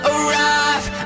Arrive